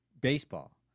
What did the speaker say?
baseball